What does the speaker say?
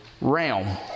realm